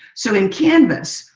so, in canvas,